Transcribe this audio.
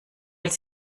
will